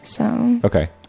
Okay